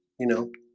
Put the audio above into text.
you know?